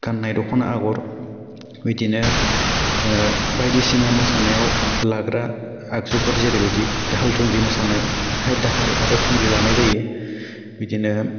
गान्नाय दख'ना आग'र बिदिनो बायदिसिना मोसानायाव लाग्रा आगजुफोर जेरैबायदि दाहाल थुंग्रि मोसानाय बेहाय दाहाल आरो थुंग्रि लानाय जायो बिदिनो